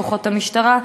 כוחות המשטרה,